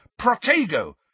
Protego